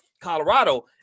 Colorado